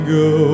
go